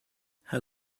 how